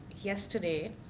yesterday